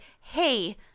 hey